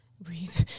breathe